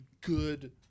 good